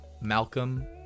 malcolm